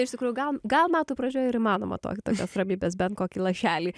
iš tikrųjų gal gal metų pradžioje įmanoma to tokios ramybės bent kokį lašelį